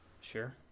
Sure